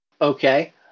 Okay